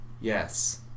Yes